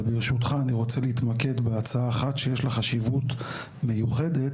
ברשותך אני רוצה להתמקד בהצעה אחת שיש לה חשיבות מיוחדת,